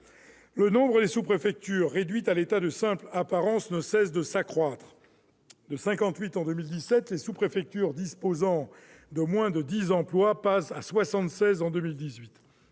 Le nombre des sous-préfectures réduites à l'état de simple apparence ne cesse de s'accroître. De 58 en 2017, le nombre de sous-préfectures disposant de moins de 10 emplois passe à 76 en 2018.